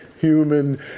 human